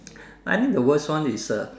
I think the worst one is uh